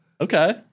Okay